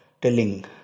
telling